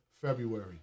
February